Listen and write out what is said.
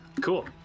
Cool